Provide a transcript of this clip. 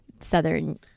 southern